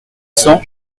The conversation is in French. cents